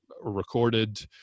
recorded